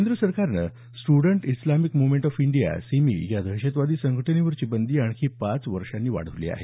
केंद्र सरकारनं student Islamic movement of India SIMI या दहशतवादी संघटनेवरची बंदी आणखी पाच वर्षानं वाढवली आहे